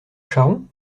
charron